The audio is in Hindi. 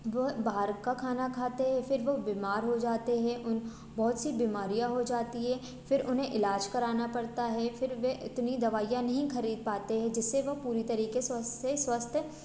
वह बाहर का खाना खाते हैं फिर वो बीमार हो जाते हैं उन बहुत सी बीमारियाँ हो जाती है फिर उन्हें इलाज कराना पड़ता है फिर वे इतनी दवाइयाँ नहीं ख़रीद पाते हैं जिससे वो पूरे तरीक़े से स्वस्थ